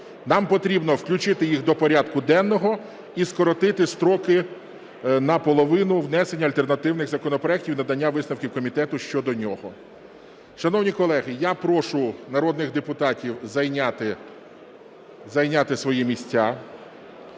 Нам потрібно включити їх до порядку денного і скоротити строки на половину внесення альтернативних законопроектів і надання висновку комітету щодо нього. Шановні колеги, я прошу народних депутатів зайняти свої місця.